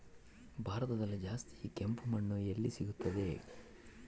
ಭಾರತದಲ್ಲಿ ಜಾಸ್ತಿ ಕೆಂಪು ಮಣ್ಣು ಎಲ್ಲಿ ಸಿಗುತ್ತದೆ?